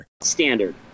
Standard